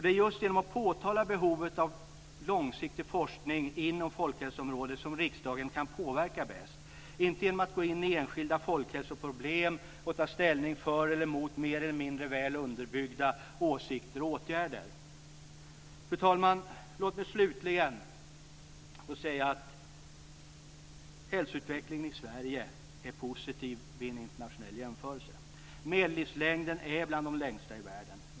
Det är just genom att påpeka behovet av långsiktig forskning inom folkhälsoområdet som riksdagen bäst kan påverka, inte genom att gå in i enskilda folkhälsoproblem och ta ställning för eller mot mer eller mindre väl underbyggda åsikter och åtgärder. Fru talman! Låt mig slutligen få säga att hälsoutvecklingen i Sverige är positiv vid en internationell jämförelse. Medellivslängden är bland de längsta i världen.